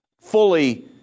fully